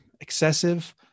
excessive